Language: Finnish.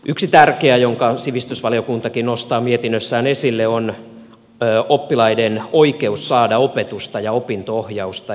yksi tärkeä asia jonka sivistysvaliokuntakin nostaa mietinnössään esille on oppilaiden oikeus saada opetusta ja opinto ohjausta